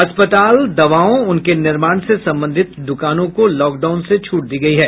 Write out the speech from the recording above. अस्पताल दवाओं उनके निर्माण से संबंधित दुकानों को लॉकडाडन से छूट दी गयी है